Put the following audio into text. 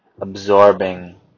absorbing